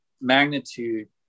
magnitude